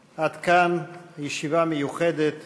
עד כאן ישיבה מיוחדת